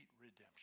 redemption